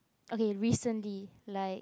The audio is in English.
okay recently like